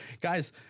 guys